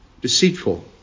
Deceitful